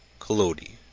collodi